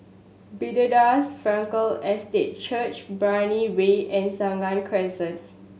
Bethesda Frankel Estate Church Brani Way and Senang Crescent